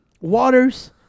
Waters